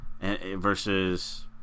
versus